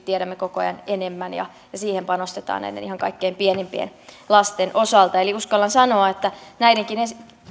tiedämme koko ajan enemmän ja siihen panostetaan näiden ihan kaikkein pienimpien lasten osalta uskallan sanoa että näidenkin